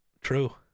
true